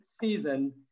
season